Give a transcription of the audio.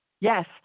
Yes